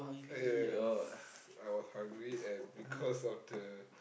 it's I was hungry and because of the